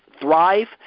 thrive